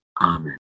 Amen